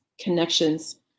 connections